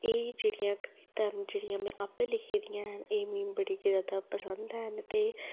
एह् जेह्ड़ियां कविता न जेह्ड़ियां में आपे लिखी दियां न एह् मिगी बड़ियां गै ज्यादा पसंद हैन ते